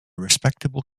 respectable